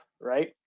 Right